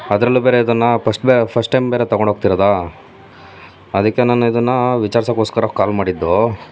ಅದ್ರಲ್ಲೂ ಬೇರೆ ಇದನ್ನು ಪಸ್ಟ್ ಬೇ ಫಸ್ಟ್ ಟೈಮ್ ಬೇರೆ ತೊಗೊಂಡೋಗ್ತಿರೋದು ಅದಕ್ಕೆ ನಾನು ಇದನ್ನು ವಿಚಾರಿಸಕ್ಕೋಸ್ಕರ ಕಾಲ್ ಮಾಡಿದ್ದು